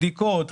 בדיקות,